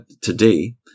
today